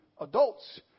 adults